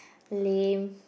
lame